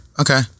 Okay